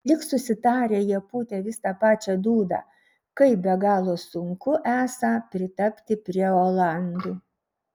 lyg susitarę jie pūtė vis tą pačią dūdą kaip be galo sunku esą pritapti prie olandų